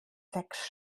sechs